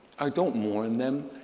i don't mourn them,